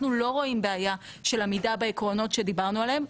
אנחנו לא רואים בעיה של עמידה בעקרונות שדיברנו עליהם.